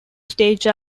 stage